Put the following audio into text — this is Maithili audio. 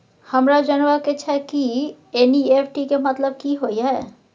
हमरा जनबा के छै की एन.ई.एफ.टी के मतलब की होए है?